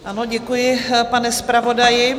Ano, děkuji, pane zpravodaji.